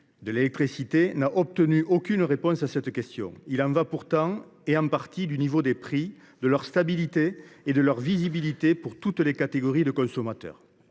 2035 et 2050 n’a obtenu aucune réponse à cette question. Il y va pourtant du niveau des prix, de leur stabilité et de leur visibilité pour toutes les catégories de consommateurs.